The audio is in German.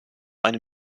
eine